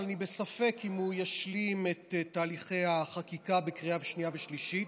אבל אני בספק אם הוא ישלים את תהליכי החקיקה בקריאה שנייה ושלישית.